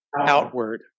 outward